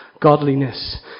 Godliness